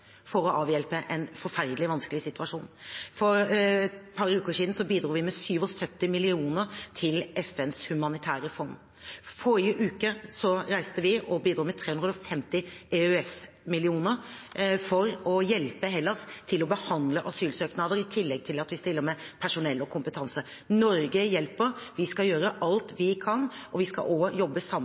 for å avhjelpe en forferdelig vanskelig situasjon. For et par uker siden bidro vi med 77 mill. kr til FNs humanitære fond. Forrige uke reiste vi og bidro med 350 EØS-millioner for å hjelpe Hellas til å behandle asylsøknader, i tillegg til at vi stiller med personell og kompetanse. Norge hjelper. Vi skal gjøre alt vi kan, og vi skal også jobbe sammen